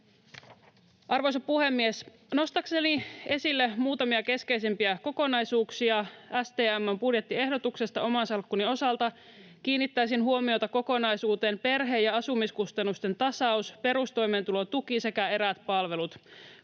Arvoisa puhemies! Nostaakseni esille muutamia keskeisimpiä kokonaisuuksia STM:n budjettiehdotuksesta oman salkkuni osalta, kiinnittäisin huomiota kokonaisuuteen: perhe- ja asumiskustannusten tasaus, perustoimeentulotuki sekä eräät palvelut.